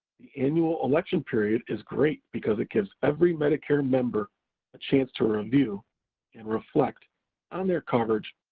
the annual election period is great because it gives every medicare member a chance to review and reflect on their coverage,